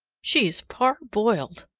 she's parboiled.